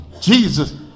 Jesus